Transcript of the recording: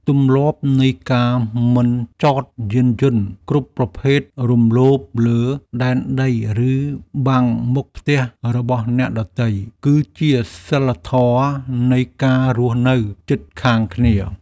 ទម្លាប់នៃការមិនចតយានយន្តគ្រប់ប្រភេទរំលោភលើដែនដីឬបាំងមុខផ្ទះរបស់អ្នកដទៃ គឺជាសីលធម៌នៃការរស់នៅជិតខាងគ្នា។